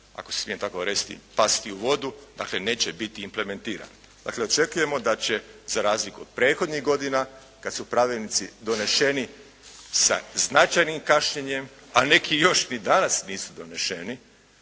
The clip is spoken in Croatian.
ako se smijem tako izraziti, pasti u vodu, dakle neće biti implementiran. Dakle očekujemo da će, za razliku od prethodnih godina kad su pravilnici doneseni sa značajnim kašnjenjem, a neki još ni danas nisu doneseni,